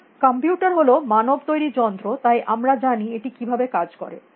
সুতরাং কম্পিউটার হল মানব তৈরী যন্ত্র তাই আমরা জানি এটি কিভাবে কাজ করে